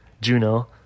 Juno